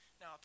Now